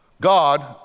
God